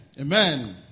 Amen